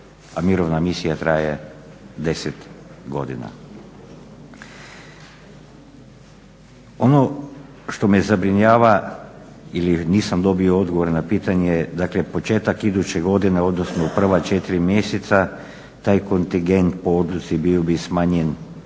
a mirovina misija traje 10 godina. Ono što me zabrinjava i nisam dobio odgovor na pitanje, dakle početak iduće godine odnosno u prva 4 mjeseca taj kontingent po odluci bio bi smanjen